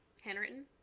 Handwritten